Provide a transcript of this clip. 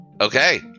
okay